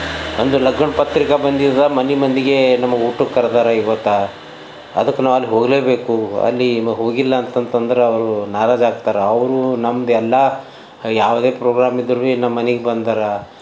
ನನ್ನದು ಲಗ್ನ ಪತ್ರಿಕೆ ಬಂದಿದ್ದು ಮನೆ ಮಂದಿಗೆ ನಮಗೆ ಊಟಕ್ಕೆ ಕರ್ದಾರ ಇವತ್ತು ಅದಕ್ಕೆ ನಾವಲ್ಲಿ ಹೋಗಲೇ ಬೇಕು ಅಲ್ಲಿ ಇನ್ನೂ ಹೋಗಿಲ್ಲ ಅಂತ ಅಂತಂದ್ರೆ ಅವರು ನಾರಜ್ ಆಗ್ತಾರೆ ಅವರು ನಮ್ದು ಎಲ್ಲ ಯಾವುದೇ ಪ್ರೋಗ್ರಾಮ್ ಇದ್ದರೆ ಭೀ ನಮ್ಮ ಮನೆಗೆ ಬಂದರು